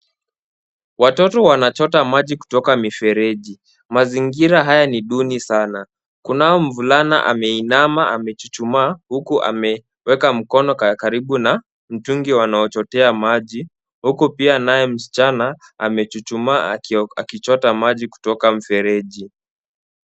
Watoto wanachota maji kutoka mifereji. Mazingira haya ni duni sana. Kunao mvulana ameinama amechuchumaa, huku ameweka mkono karibu na mtungi wanaochotea maji, huku pia naye msichana amechuchumaa akichota maji kutoka mfereji.